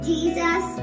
Jesus